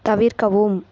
தவிர்க்கவும்